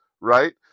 right